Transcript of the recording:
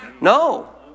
No